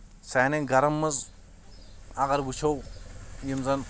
سانٮ۪ن گَرَن منٛز اَگر وٕچھو یِم زَن